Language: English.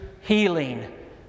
healing